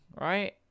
right